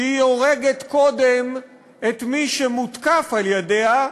כי היא הורגת קודם את מי שמותקף על-ידיה,